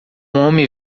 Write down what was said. homem